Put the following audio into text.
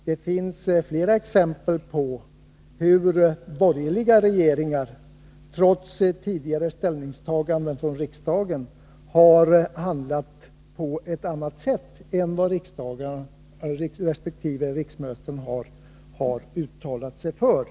Det finns flera exempel på hur borgerliga regeringar har handlat på ett annat sätt än vad ett riksmöte har uttalat sig för.